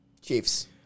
Chiefs